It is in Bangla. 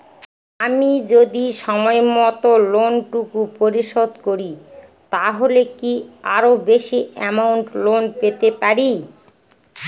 আমি যদি সময় মত লোন টুকু পরিশোধ করি তাহলে কি আরো বেশি আমৌন্ট লোন পেতে পাড়ি?